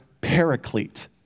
paraclete